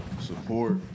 Support